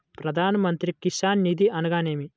ప్రధాన మంత్రి కిసాన్ నిధి అనగా నేమి?